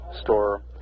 store